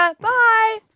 Bye